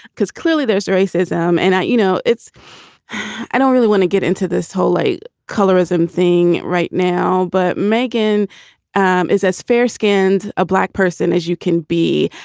because clearly there's racism. and, you know, it's i don't really want to get into this whole light colorism thing right now. but megan um is as fair skinned a black person as you can be.